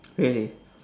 really